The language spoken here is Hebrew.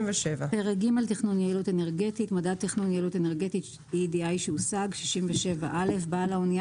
67.מדד תכנון יעילות אנרגטית (EEDI) שהושג בעל האנייה